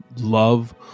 love